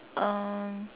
um